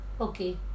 Okay